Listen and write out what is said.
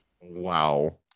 Wow